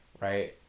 right